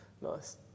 Nice